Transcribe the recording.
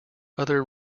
other